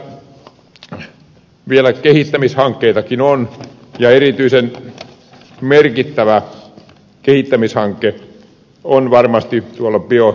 kaiken kaikkiaan kehittämishankkeitakin vielä on ja erityisen merkittävä kehittämishanke on varmasti tuolla peltobiomassojen kohdalla